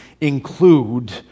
include